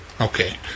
Okay